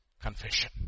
confession